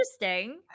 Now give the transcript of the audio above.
interesting